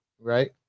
right